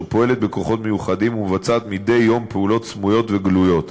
והיא פועלת בכוחות מיוחדים ומבצעת מדי יום פעולות סמויות וגלויות.